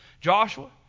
Joshua